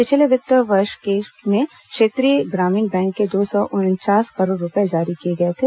पिछले वित्त वर्ष में क्षेत्रीय ग्रामीण बैंक को दो सौ उनचास करोड़ रूपये जारी किए गए थे